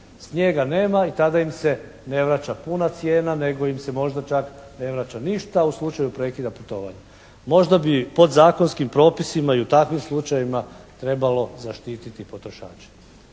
Snijega nema i tada im se ne vraća puna cijena nego im se možda čak ne vraća ništa u slučaju prekida putovanja. Možda bi podzakonskim propisima i u takvim slučajevima trebalo zaštititi potrošače.